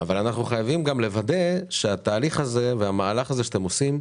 אבל אנחנו חייבים גם לוודא שהתהליך הזה והמהלך הזה שאתם עושים,